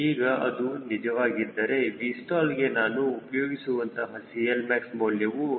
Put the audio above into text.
ಈಗ ಅದು ನಿಜವಾಗಿದ್ದರೆ Vstallಗೆ ನಾನು ಉಪಯೋಗಿಸುವಂತಹ CLmax ಮೌಲ್ಯವು 0